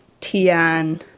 Tian